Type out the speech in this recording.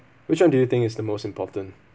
which one do you think is the most important